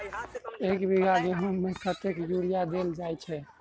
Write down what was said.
एक बीघा गेंहूँ मे कतेक यूरिया देल जाय छै?